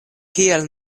kiel